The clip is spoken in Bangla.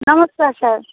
নমস্কার সার